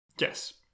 Yes